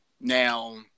Now